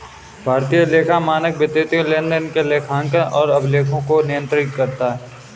भारतीय लेखा मानक वित्तीय लेनदेन के लेखांकन और अभिलेखों को नियंत्रित करता है